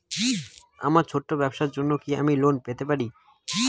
আমার ছোট্ট ব্যাবসার জন্য কি আমি লোন পেতে পারি?